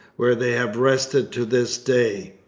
where they have rested to this day.